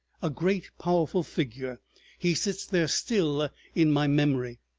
a great powerful figure he sits there still in my memory,